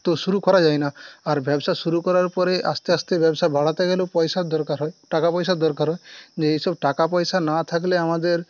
তো শুরু করা যায় না আর ব্যবসা শুরু করার পরে আস্তে আস্তে ব্যবসা বাড়াতে গেলে পয়সার দরকার হয় টাকা পয়সার দরকার হয় এসব টাকা পয়সা না থাকলে আমাদের